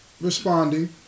responding